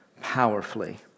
powerfully